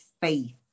faith